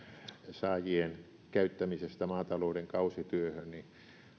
saajien käyttämisestä maatalouden kausityöhön